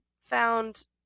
found